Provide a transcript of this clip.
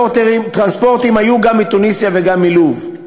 טרנספורטים היו גם מתוניסיה וגם מלוב.